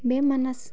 बे मानास